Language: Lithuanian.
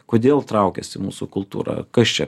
kodėl traukiasi mūsų kultūra kas čia